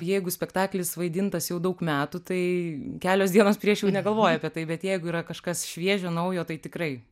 jeigu spektaklis vaidintas jau daug metų tai kelios dienos prieš jau negalvoji apie tai bet jeigu yra kažkas šviežio naujo tai tikrai